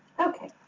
okay.